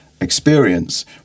experience